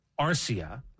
Arcia